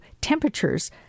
temperatures